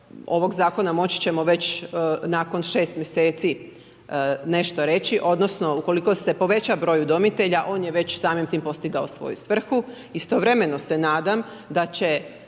ovog zakona moći ćemo već nakon 6 mjeseci nešto reći, odnosno ukoliko se poveća broj udomitelja, on je već samim tim postigao svoju svrhu. Istovremeno se nadam da će